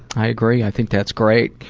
i agree, i think that's great.